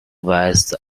vice